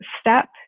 step